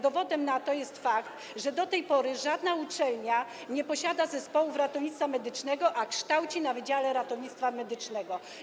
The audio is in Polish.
Dowodem na to jest fakt, że do tej pory żadna uczelnia nie posiada zespołów ratownictwa medycznego, a kształci na wydziale ratownictwa medycznego.